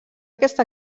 aquesta